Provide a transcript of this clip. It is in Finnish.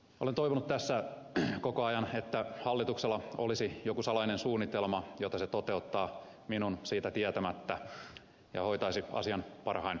olen toivonut tässä koko ajan että hallituksella olisi joku salainen suunnitelma jota se toteuttaa minun siitä tietämättä ja hallitus hoitaisi asian parhain päin